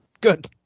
good